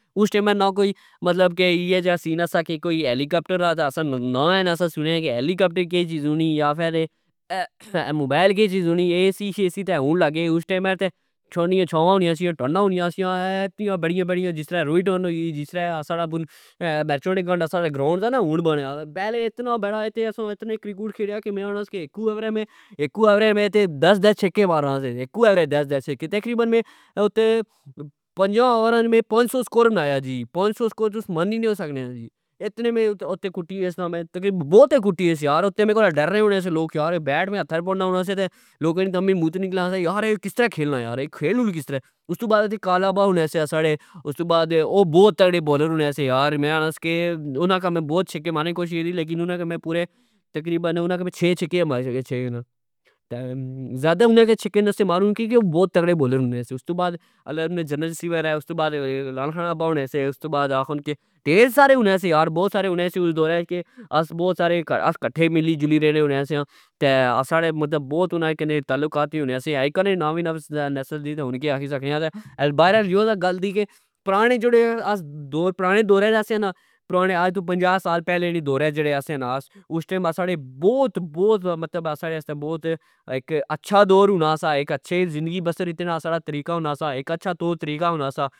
اسٹئمہ نا کوی ایہ جا سین سا کہ نا کوئی ہیلیکپٹرا دا سا تہ اسا نا اے سنیا کہ اے ہیلیکپٹر ,اہہ موبئل ,کہ چیز ہونی اے سی شیسی تہ ہن لگے اس ٹئم ٹھنڈیا چھا ہونیا سیا ٹا ہونیا سیا اہہ اتنیا بڑیا بڑیا جسرہ روئی ٹن ہوئی گی جسرہ ساڑا بیچپن نے گمانڈہ جیڑا گراؤنڈ سا نا ہن بنیا پہلے اتنا بیڑا سا, اتنا کرکٹ کھیڑا میں آکھنا اکو اورہ میں دس دس چھکے مارنا سا اکو اورہ میں ,تقریبن میں اتہ تقریبن پنجا اورا اچ میں پنج سو سکور بنایا جی پنج سو سکور تس من ای نے سکنے او جی ,اتنے میں اتے کٹیا اسنا تقریبن میں بوت ای کٹیا یار اتھے. میرے کول ڈرنے ہونے سے لوک کہ یار بیٹ میں ہتھے پوڑنا سا تہ لوکا نی تمی موتر نکلنا سا .کہ اے کسترہ کھیلنا یار اے کھیلو کسترہ استو بعد کالا بؤ ہونے سے ساڑے استو بعد او بوت تغڑے بولر ہونے سے یار میں آکھناس کے انا اگہ بوت چھکے مارنے نی کوشش کیتی لیکن انا اگہ میں پورے چھ چھکے ماری سکے .تہ ذئدہ انا اگہ چھکے نے سا مارنا کیاکہ او بوت تغڑے بولر ہونے سے استو بعد اللہ انا کی جنت نسیب کرہ استو بعد غلان حاں اورا ابا ہونے سے استو بعد آکھا کہ ٹیر سارے ہونے سے یار بوت سارے ہونے سے اس دورہچ کہ آس بوت سارے آس کٹھے ملی جلی رہنے ہونے سیاتہ ساڑے بوت مطلب تعلوقات ہونے سے اکنا وی نا نا دسی سکنے تہ ہور کہ آکھی سکنے آ تہ بارہہ نی یو گل دی کہ پرانے جیڑے آس پرانے دورہچ سے آ نا اج تو پنجا سال نے پہلے دورہچ سے آنا آس اس ٹئم اسا نے بوت بوت ساڑے واستہ اچھا دور ہونا سا اچھے ساڑے زندگی بسر کرنے نا طریقہ ہونا سا اک اچھا طور طریقہ ہونا سا